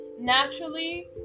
naturally